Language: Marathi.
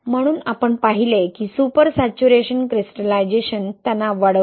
म्हणून आपण पाहिले की सुपर सॅच्युरेशन क्रिस्टलायझेशन तणाव वाढवते